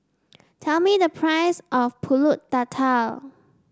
tell me the price of pulut Tatal